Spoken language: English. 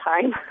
time